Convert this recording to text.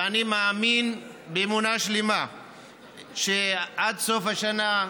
ואני מאמין באמונה שלמה שעד סוף השנה,